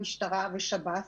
משטרה ושב"ס.